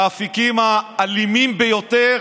לאפיקים האלימים ביותר